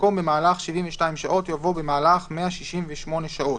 במקום "במהלך 72 שעות" יבוא "במהלך 168 שעות",